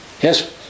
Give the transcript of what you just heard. Yes